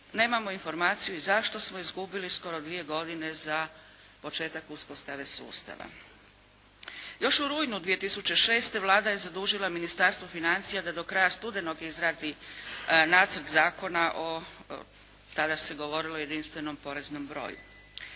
nemamo informaciju i zašto smo izgubili skoro dvije godine za početak uspostave sustava. Još u rujnu 2006. Vlada je zadužila Ministarstvo financija da do kraja studenog izradi nacrt zakona o tada se govorilo jedinstvenom poreznom broju.